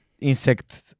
insect